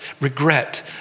regret